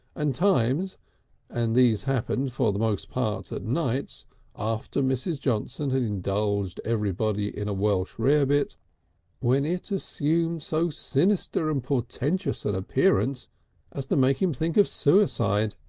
and times and these happened for the most part at nights after mrs. johnson had indulged everybody in a welsh rarebit when it assumed so sinister and portentous an appearance as to make him think of suicide.